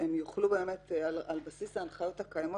הם יוכלו על בסיס ההנחיות הקיימות